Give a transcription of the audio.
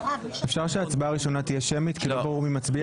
אפשר שההצבעה הראשונה תהיה שמית שיהיה ברור מי מצביע?